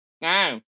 No